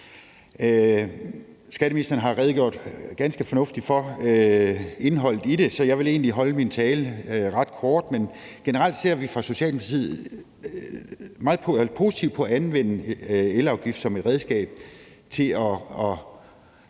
Skatteministeren har redegjort ganske fornuftigt for indholdet i det, så jeg vil egentlig holde min tale ret kort. Generelt ser vi fra Socialdemokratiets side positivt på at anvende elafgiften som et redskab til at